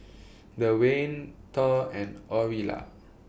Dewayne Thor and Aurilla